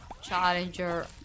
challenger